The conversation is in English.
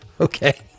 Okay